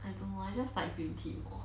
I don't know I just like green tea more